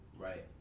right